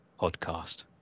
Podcast